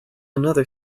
another